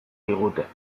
digute